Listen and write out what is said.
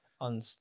On